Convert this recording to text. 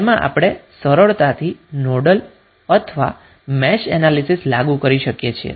જેમાં આપણે સરળતાથી નોડલ અથવા મેશ એનાલીસીસ લાગુ કરી શકીએ છીએ